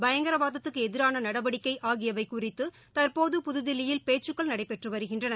பயங்கரவாதத்துக்கு எதிரான நடவடிக்கை ஆகியவை குறித்து தற்போது புதில்லியில் பேச்சுக்கள் நடைபெற்று வருகின்றன